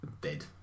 dead